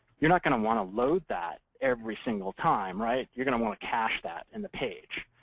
you're not going to want to load that every single time, right? you're going to want to cache that in the page.